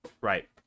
right